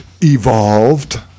evolved